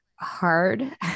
hard